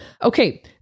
Okay